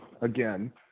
again